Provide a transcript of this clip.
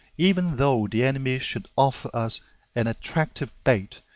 even though the enemy should offer us an attractive bait,